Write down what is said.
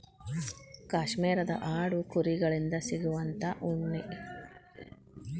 ಕಾಶ್ಮೇರದ ಆಡು ಕುರಿ ಗಳಿಂದ ಸಿಗುವಂತಾ ಉಣ್ಣಿ